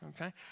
okay